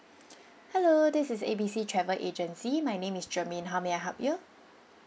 hello this is A B C travel agency my name is germaine how may I help you